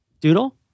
Doodle